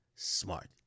Smart